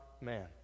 man